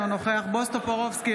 אינו נוכח בועז טופורובסקי,